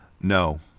No